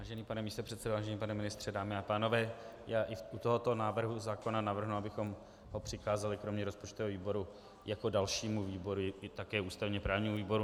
Vážený pane místopředsedo, vážený pane ministře, dámy a pánové, já i u tohoto návrhu zákona navrhnu, abychom ho přikázali kromě rozpočtového výboru jako dalšímu výboru také ústavněprávnímu výboru.